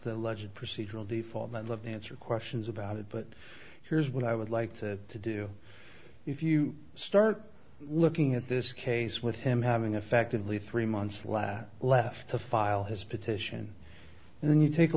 the legit procedural default the answer questions about it but here's what i would like to to do if you start looking at this case with him having effectively three months lat left to file his petition and then you take a